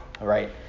right